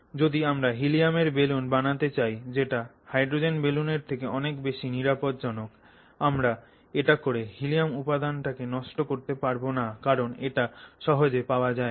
যদি আমরা হীলিয়াম্ এর বেলুন বানাতে চাই যেটা হাইড্রোজেন বেলুনের থেকে অনেক বেশি নিরাপদ জনক আমরা এটা করে হীলিয়াম্ উপাদান টাকে নষ্ট করতে পারবো না কারণ এটা সহজে পাওয়া যায় না